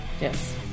Yes